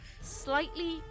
slightly